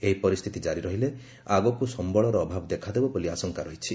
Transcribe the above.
ଏହି ପରିସ୍ଥିତି କାରି ରହିଲେ ଆଗକୁ ସମ୍ଭଳର ଅଭାବ ଦେଖାଦେବ ବୋଲି ଆଶଙ୍କା ରହିଛି